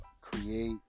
create